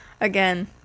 Again